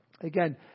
Again